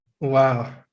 Wow